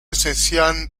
esencial